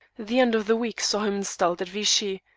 the end of the week saw him installed at vichy,